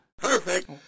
Perfect